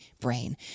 brain